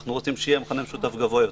אנחנו רוצים שיהיה מכנה משותף גבוה יותר.